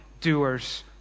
doers